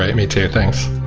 me too. thanks.